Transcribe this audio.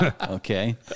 Okay